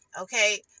Okay